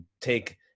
take